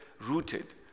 rooted